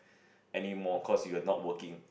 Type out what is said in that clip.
anymore cause you are not working